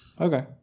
Okay